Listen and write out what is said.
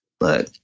Look